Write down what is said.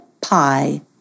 pie